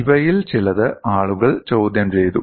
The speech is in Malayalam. ഇവയിൽ ചിലത് ആളുകൾ ചോദ്യം ചെയ്തു